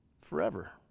forever